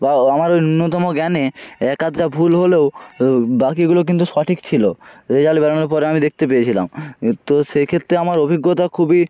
বা আমার ওই ন্যূনতম জ্ঞানে এক আধটা ভুল হলেও বাকিগুলো কিন্তু সঠিক ছিলো রেজাল্ট বেরোনোর পরে আমি দেখতে পেয়েছিলাম তো সেই ক্ষেত্রে আমার অভিজ্ঞতা খুবই